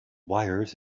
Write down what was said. wires